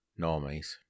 normies